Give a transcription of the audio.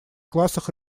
классах